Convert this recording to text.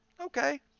Okay